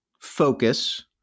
focus